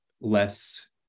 less